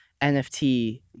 NFT